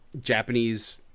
Japanese